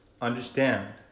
understand